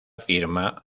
firma